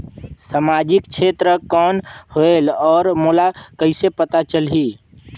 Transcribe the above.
समाजिक क्षेत्र कौन होएल? और मोला कइसे पता चलही?